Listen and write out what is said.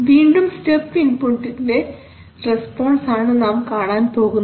വീണ്ടും സ്റ്റെപ്പ് ഇൻപുട്ടിന്റെ റസ്പോൺസ് ആണ് നാം കാണാൻ പോകുന്നത്